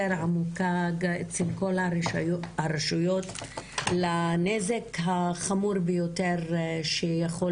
עמוקה אצל כל הרשויות לנזק החמור ביותר שיכול